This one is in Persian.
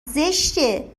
زشته